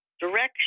direction